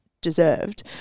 deserved